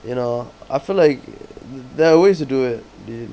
you know I feel like there are ways to do it